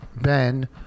Ben